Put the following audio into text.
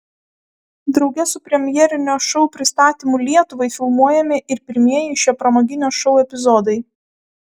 drauge su premjerinio šou pristatymu lietuvai filmuojami ir pirmieji šio pramoginio šou epizodai